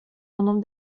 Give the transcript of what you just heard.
honom